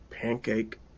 pancake